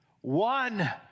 one